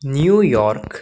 New York